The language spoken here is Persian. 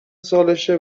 سالشه